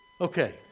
Okay